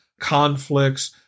conflicts